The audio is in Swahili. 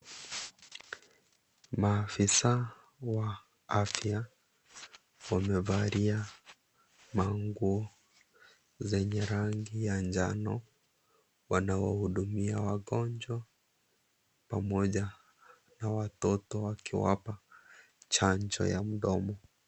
Maafisa wa afya wamevalia manguo zenye rangi ya njano wanawahudumia wagonjwa pamoja na watoto wakiwapa chanjo ya mdomo.